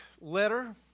letter